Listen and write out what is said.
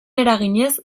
eraginez